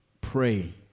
pray